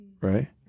Right